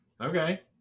Okay